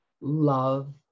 love